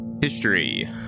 History